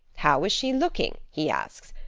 how is she looking he asks.